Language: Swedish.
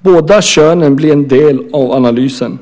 båda könen bli en del av analysen.